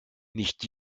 nicht